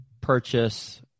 purchase